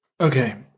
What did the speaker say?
Okay